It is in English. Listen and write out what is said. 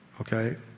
okay